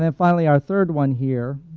ah finally, our third one here,